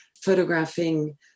photographing